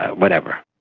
whatever.